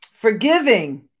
Forgiving